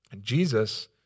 Jesus